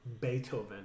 Beethoven